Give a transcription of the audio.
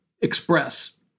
express